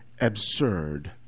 absurd